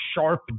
sharp